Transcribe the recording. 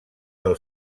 del